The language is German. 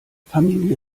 familie